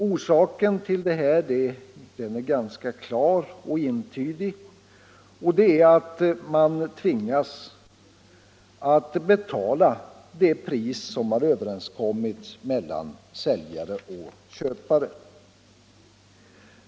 Orsaken till detta är ganska klar och entydig, man tvingas betala det pris som har överenskommits mellan säljare och köpare.